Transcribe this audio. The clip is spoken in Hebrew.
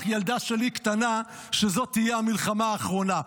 ילדה שלי קטנה שזו תהיה המלחמה האחרונה",